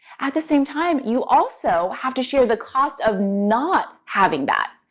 at the same time, you also have to share the cost of not having that,